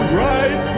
right